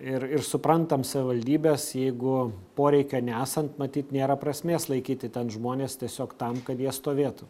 ir ir suprantam savivaldybes jeigu poreikio nesant matyt nėra prasmės laikyti ten žmones tiesiog tam kad jie stovėtų